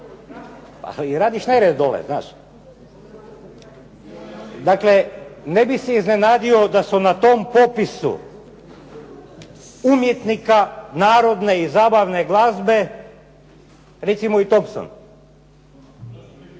Obraćam se državnom tajniku. Dakle, ne bih se iznenadio da su na tom popisu umjetnika narodne i zabavne glazbe recimo i Thompson.